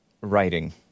writing